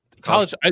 College